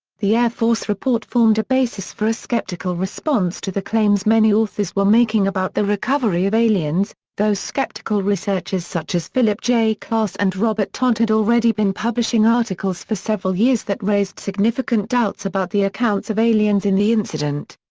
the air force report formed a basis for a skeptical response to the claims many authors were making about the recovery of aliens, though skeptical researchers such as philip j. klass and robert todd had already been publishing articles for several years that raised significant doubts about the accounts of aliens in the incident.